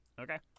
Okay